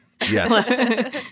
Yes